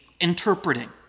interpreting